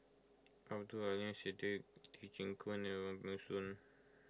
Abdul Aleem Siddique Lee Chin Koon and Wong Peng Soon